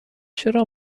چرا